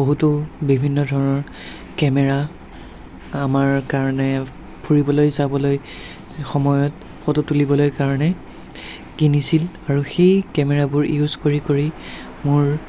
বহুতো বিভিন্ন ধৰণৰ কেমেৰা আমাৰ কাৰণে ফুৰিবলৈ যাবলৈ সময়ত ফটো তুলিবলৈ কাৰণে কিনিছিল আৰু সেই কেমেৰাবোৰ ইউজ কৰি কৰি মোৰ